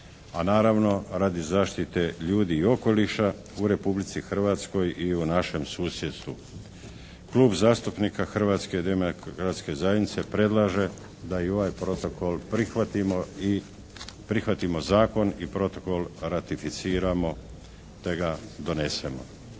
a naravno radi zaštite ljudi i okoliša u Republici Hrvatskoj i u našem susjedstvu. Klub zastupnika Hrvatske demokratske zajednice predlaže da i ovaj protokol prihvatimo i prihvatimo zakon i protokol ratificiramo te ga donesemo.